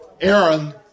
Aaron